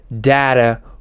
data